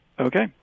Okay